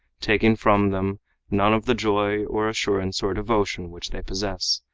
taking from them none of the joy or assurance or devotion which they possess,